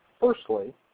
Firstly